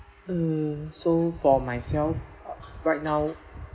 uh so for myself uh right now